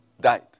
died